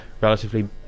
relatively